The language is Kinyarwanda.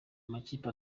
amakipe